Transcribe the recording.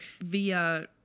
via